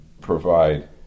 provide